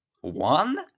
One